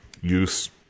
use